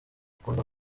akunda